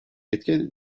etken